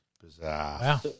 Bizarre